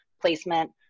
placement